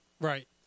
Right